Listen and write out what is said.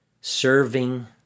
serving